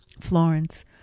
Florence